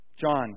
John